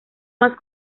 más